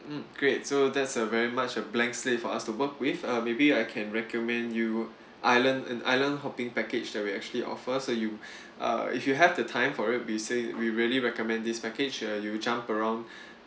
mm great so that's a very much a blank slate for us to work with uh maybe I can recommend you island an island hopping package that we actually offers so you uh if you have the time for it be say we really recommend this package uh you'll jump around